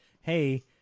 hey